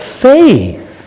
faith